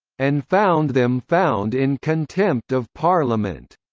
and found them found in contempt of parliament.